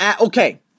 Okay